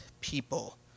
people